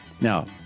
Now